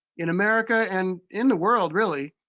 in america and in the world, really,